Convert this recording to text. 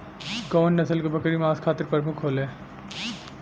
कउन नस्ल के बकरी मांस खातिर प्रमुख होले?